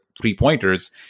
three-pointers